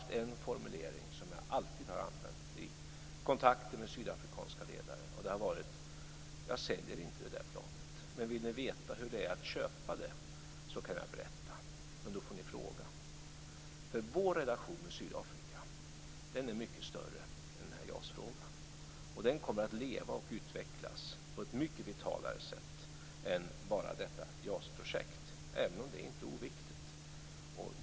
Det är en formulering som jag alltid har använt vid kontakter med sydafrikanska ledare, och det har varit: Jag säljer inte det där planet. Vill ni veta hur det är att köpa det kan jag berätta, men då får ni fråga. Vår relation med Sydafrika är mycket större än JAS-frågan, och den kommer att leva och utvecklas på ett mycket vitalare sätt än bara detta JAS-projekt, även om det inte är oviktigt.